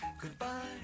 goodbye